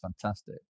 fantastic